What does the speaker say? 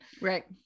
Right